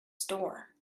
store